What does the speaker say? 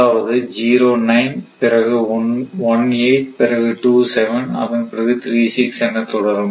அதாவது 09 பிறகு 18 பிறகு 27 அதன் பிறகு 36 என தொடரும்